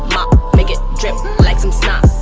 make it drip like some snot.